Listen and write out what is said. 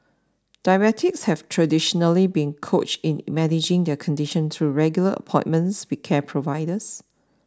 diabetics have traditionally been coached in managing their condition through regular appointments with care providers